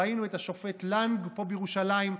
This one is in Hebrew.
ראינו את השופט לנג פה בירושלים,